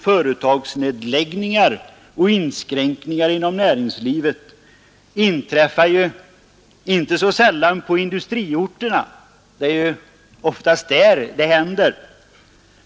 Företagsnedläggningar och inskränkningar inom näringslivet inträffar ju inte så sällan på industriorterna — det är oftast där det händer.